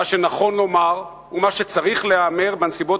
מה שנכון לומר ומה שצריך להיאמר בנסיבות